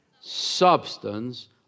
substance